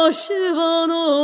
shivano